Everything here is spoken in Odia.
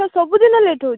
ସାର୍ ସବୁ ଦିନ ଲେଟ୍ ହେଉଛି